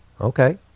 Okay